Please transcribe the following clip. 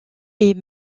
est